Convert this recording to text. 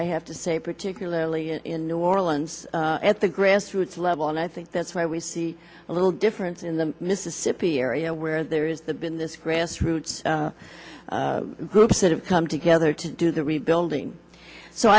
i have to say particularly in new orleans at the grassroots level and i think that's where we see a little difference in the mississippi area where there is the been this grassroots groups that have come together to do the rebuilding so